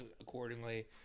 accordingly